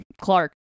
Clark